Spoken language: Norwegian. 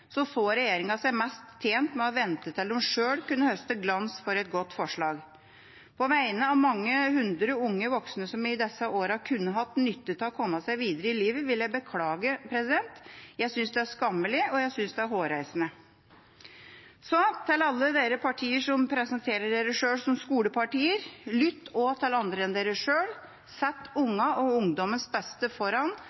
så regjeringa seg mest tjent med å vente til de sjøl kunne høste lovord for et godt forslag. På vegne av mange hundre unge voksne som i disse årene kunne ha hatt nytte av å komme seg videre i livet, vil jeg beklage. Jeg synes det er skammelig, og jeg synes det er hårreisende. Så til alle partier som presenterer seg selv som skolepartier: Lytt også til andre enn dere sjøl. Sett